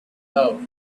love